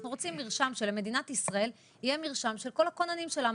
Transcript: אנחנו רוצים שלמדינת ישראל יהיה מרשם של כל הכוננים שלה.